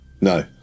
No